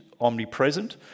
omnipresent